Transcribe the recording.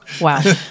Wow